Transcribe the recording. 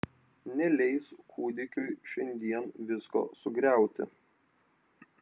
neleis kūdikiui šiandien visko sugriauti